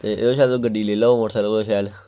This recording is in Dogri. ते एह्दे कोला शैल गड्डी लेई लैओ मटरसैकल कोला शैल